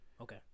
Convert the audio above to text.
Okay